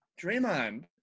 Draymond